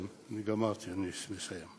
כן, אני גמרתי, אני מסיים.